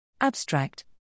Abstract